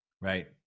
right